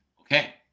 Okay